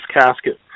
casket